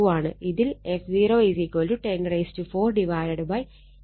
ഇതിൽ f0 104 8π Hz എന്ന് നമുക്ക് ലഭിച്ചിട്ടുണ്ട്